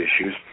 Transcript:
issues